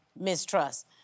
mistrust